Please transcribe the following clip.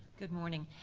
good morning.